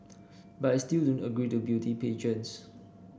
but I still don't agree to beauty pageants